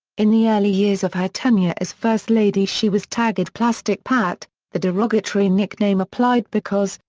in the early years of her tenure as first lady she was tagged plastic pat the derogatory nickname applied because,